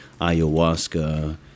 ayahuasca